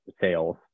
sales